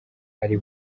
ari